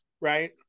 right